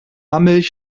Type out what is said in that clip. milch